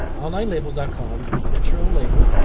onlinelabels dot com you can print your own label.